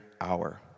hour